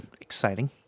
exciting